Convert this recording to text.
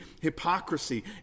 hypocrisy